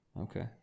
Okay